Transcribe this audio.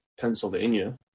pennsylvania